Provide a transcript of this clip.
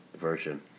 version